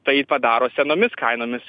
tai padaro senomis kainomis